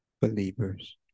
believers